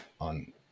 on